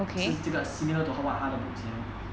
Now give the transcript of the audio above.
是这个 similar to what 他的 books 写咯